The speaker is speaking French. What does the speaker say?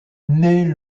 naît